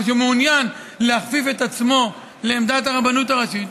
ושהוא מעוניין להכפיף את עצמו לעמדת הרבנות הראשית,